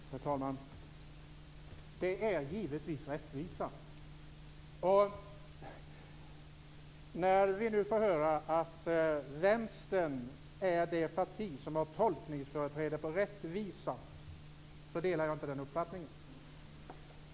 Herr talman! Det är givetvis rättvisa. När vi nu får höra att Vänstern är det parti som har tolkningsföreträde vad gäller rättvisa, så delar jag inte den uppfattningen.